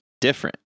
different